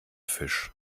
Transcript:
fisch